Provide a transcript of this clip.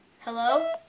Hello